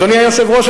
אדוני היושב-ראש,